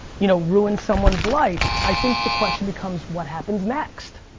you know, ruin someone's life? i think the question becomes, what happens next?